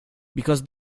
because